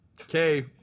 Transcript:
okay